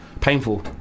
painful